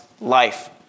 life